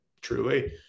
truly